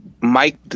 Mike